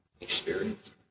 experience